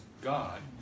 God